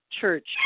Church